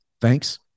thanks